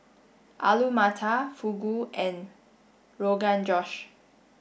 Alu Matar Fugu and Rogan Josh